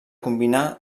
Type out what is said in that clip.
combinar